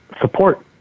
support